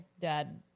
dad